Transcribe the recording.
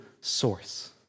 source